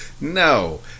No